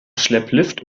schlepplift